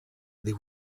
they